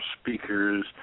speakers